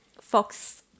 Fox